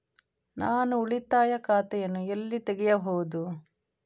ನಾನು ಉಳಿತಾಯ ಖಾತೆಯನ್ನು ಎಲ್ಲಿ ತೆಗೆಯಬಹುದು?